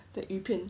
the 鱼片